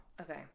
okay